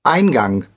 Eingang